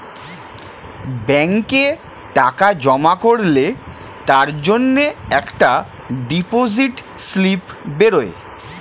ব্যাংকে টাকা জমা করলে তার জন্যে একটা ডিপোজিট স্লিপ বেরোয়